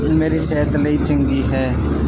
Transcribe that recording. ਮੇਰੀ ਸਹਿਤ ਲਈ ਚੰਗੀ ਹੈ